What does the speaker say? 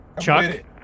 Chuck